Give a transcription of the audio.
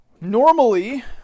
normally